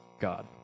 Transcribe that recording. God